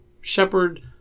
shepherd